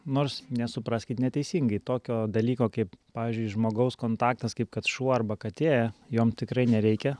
nors nesupraskit neteisingai tokio dalyko kaip pavyzdžiui žmogaus kontaktas kaip kad šuo arba katė jom tikrai nereikia